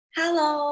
Hello，